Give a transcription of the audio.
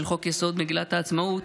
חוק-יסוד: מגילת העצמאות,